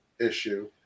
issue